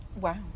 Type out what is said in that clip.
Wow